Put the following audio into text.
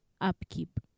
upkeep